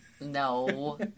No